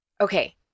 okay